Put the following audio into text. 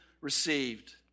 received